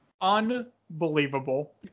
Unbelievable